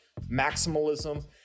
Maximalism